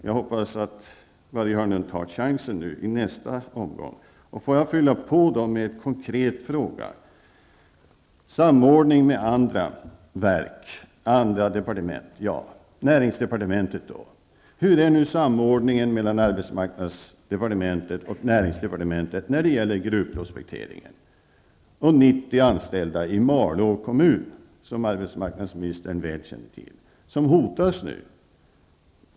Jag hoppas att Börje Hörnlund tar chansen i nästa omgång. Jag vill fylla på med en konkret fråga. Samordning med andra verk och departement, ja, men hur är samordningen mellan arbetsmarknadsdepartementet och näringsdepartementet när det gäller gruvprospekteringen och 90 anställda i Malå kommun, som nu hotas, vilket arbetsmarknadsministern känner väl till?